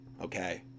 okay